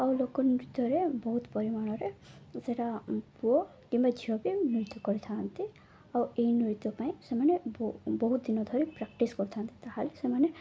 ଆଉ ଲୋକ ନୃତ୍ୟରେ ବହୁତ ପରିମାଣରେ ସେଟା ପୁଅ କିମ୍ବା ଝିଅ ବି ନୃତ୍ୟ କରିଥାନ୍ତି ଆଉ ଏଇ ନୃତ୍ୟ ପାଇଁ ସେମାନେ ବହୁତ ଦିନ ଧରି ପ୍ରାକ୍ଟିସ୍ କରିଥାନ୍ତି ତା'ହେଲେ ସେମାନେ